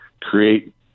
create